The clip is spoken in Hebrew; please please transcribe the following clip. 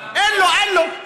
אין לו, אין לו.